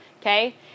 okay